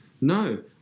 No